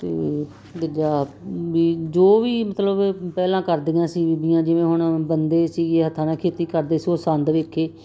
ਅਤੇ ਜਾ ਵੀ ਜੋ ਵੀ ਮਤਲਬ ਪਹਿਲਾਂ ਕਰਦੀਆਂ ਸੀ ਬੀਬੀਆਂ ਜਿਵੇਂ ਹੁਣ ਬੰਦੇ ਸੀਗੇ ਹੱਥਾਂ ਨਾਲ ਖੇਤੀ ਕਰਦੇ ਸੀ ਉਹ ਸੰਦ ਵੇਖੇ